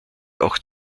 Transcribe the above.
auch